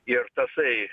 ir tasai